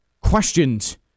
questions